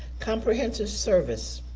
comprehensive service,